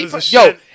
Yo